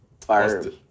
Fire